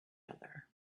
other